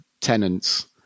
tenants